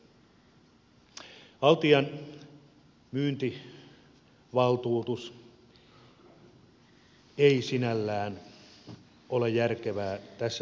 altian myyntivaltuutus ei sinällään ole järkevää tässä tilanteessa